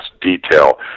detail